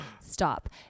stop